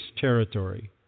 territory